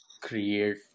create